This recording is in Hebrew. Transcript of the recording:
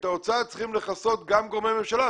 את ההוצאה צריכים לכסות גם גורמי ממשלה,